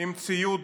עם ציוד